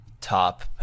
top